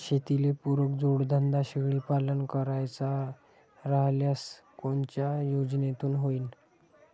शेतीले पुरक जोडधंदा शेळीपालन करायचा राह्यल्यास कोनच्या योजनेतून होईन?